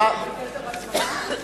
בגדר הזמנה?